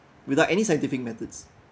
without any scientific methods